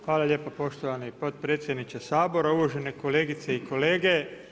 Hvala lijepa poštovani potpredsjedniče Sabora, uvažene kolegice i kolege.